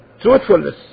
truthfulness